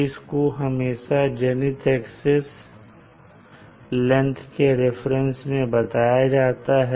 इसको हमेशा zenith excess length के रेफरेंस में बताया जाता है